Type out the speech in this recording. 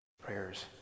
Prayers